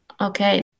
Okay